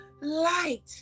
light